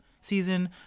season